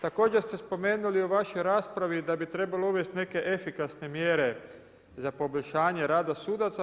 Također ste spomenuli u vašoj raspravi da bi trebalo uvesti neke efikasne mjere za poboljšanje rada sudaca.